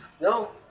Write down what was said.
No